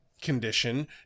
condition